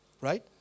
right